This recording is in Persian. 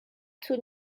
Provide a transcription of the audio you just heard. طول